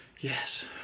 Yes